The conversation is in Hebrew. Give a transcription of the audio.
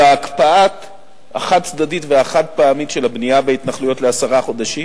בהקפאה החד-צדדית והחד-פעמית של הבנייה בהתנחלויות לעשרה חודשים,